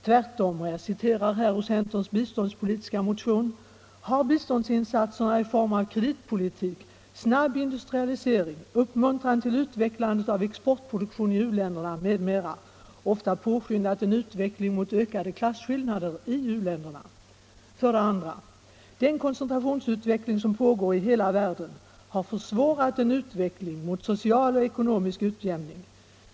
Tvärtom — och jag citerar här ur centerns biståndspolitiska motion — ”har biståndsinsatserna i form av kreditpolitik, snabb industrialisering, uppmuntran till utvecklandet av exportproduktion i u-länderna m.m. ofta påskyndat en utveckling mot ökade klasskillnader i u-länderna”. 2. Den koncentrationsutveckling som pågår i hela världen har försvårat en utveckling mot social och ekonomisk utjämning.